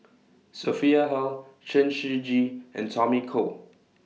Sophia Hull Chen Shiji and Tommy Koh